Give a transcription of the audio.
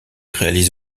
réalise